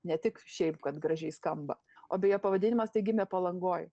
ne tik šiaip kad gražiai skamba o beje pavadinimas tai gimė palangoj